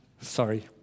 Sorry